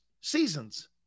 seasons